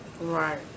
Right